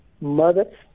mothers